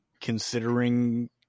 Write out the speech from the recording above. considering